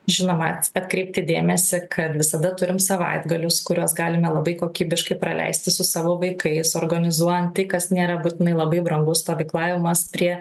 žinoma atkreipti dėmesį kad visada turim savaitgalius kuriuos galime labai kokybiškai praleisti su savo vaikais organizuojant tai kas nėra būtinai labai brangu stovyklavimas prie